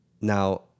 Now